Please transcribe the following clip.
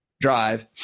drive